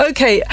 Okay